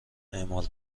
اعمال